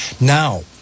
Now